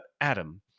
Adam